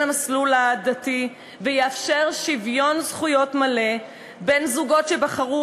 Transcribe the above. המסלול הדתי ויאפשר שוויון זכויות מלא בין זוגות שבחרו